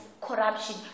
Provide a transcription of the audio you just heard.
corruption